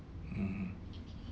mmhmm